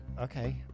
Okay